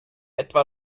etwa